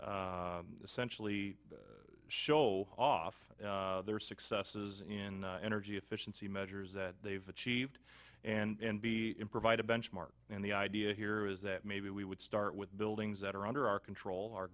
essentially show off their successes in energy efficiency measures that they've achieved and be in provide a benchmark and the idea here is that maybe we would start with buildings that are under our control our